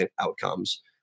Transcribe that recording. outcomes